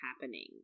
happening